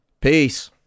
Peace